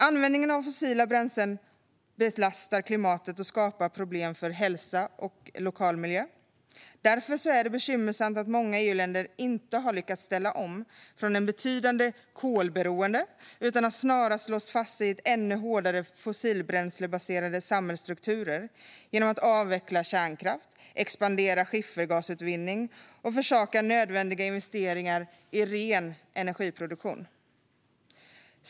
Användningen av fossila bränslen belastar klimatet och skapar problem för hälsa och lokalmiljö. Därför är det bekymmersamt att många EU-länder inte har lyckats ställa om från ett betydande kolberoende utan snarast har låst fast sig ännu hårdare i fossilbränslebaserade samhällsstrukturer genom att avveckla kärnkraft, expandera skiffergasutvinning och försaka nödvändiga investeringar i ren energiproduktion.